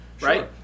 right